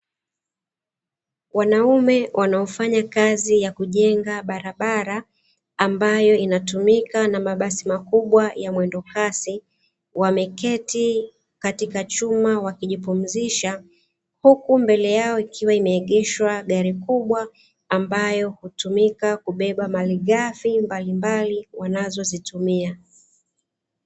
Wanaume wanaofanya kazi ya kujenga barabara, ambayo inatumika na mabasi makubwa ya mwendokasi, wameketi katika chuma wakijipumzisha, huku mbele yao ikiwa imeegeshwa gari kubwa, ambayo hutumika kubeba malighafi mbalimbali wanazozitumia.